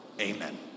amen